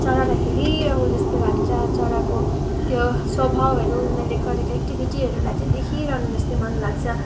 चरालाई हेरिरहुँ जस्तो लाग्छ चराको त्यो स्वभावहरू उनीहरूले गरेको एक्टिभिटीहरूलाई चाहिँ देखिरहनु जस्तै मन लाग्छ